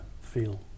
feel